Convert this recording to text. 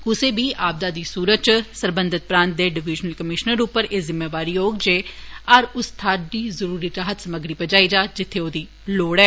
कुसै बी आपदा दी सूरत च सरबंघत प्रांते दे डिविजनल कमीश्नर उप्पर एह् जिम्मेवारी होग जे हर उस थाह्रै जरूरी राह्त सामग्री पजाई जा जित्थें ओदी लोड़ ऐ